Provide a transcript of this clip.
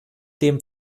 dem